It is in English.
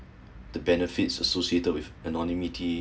the benefits associated with anonymity